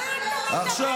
מה אתה מדבר?